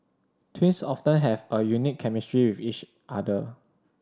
twins often have a unique chemistry with each other